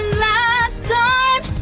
last time